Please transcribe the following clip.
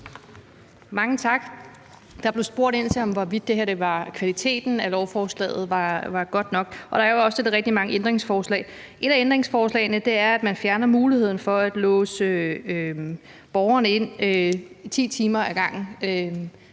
Mange tak. Der blev spurgt ind til, hvorvidt kvaliteten af lovforslaget var god nok, og der er jo også blevet stillet rigtig mange ændringsforslag. Et af ændringsforslagene er, at man skal fjerne muligheden for at låse borgeren inde i 10 timer ad gangen.